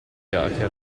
hacker